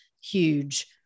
huge